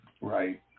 Right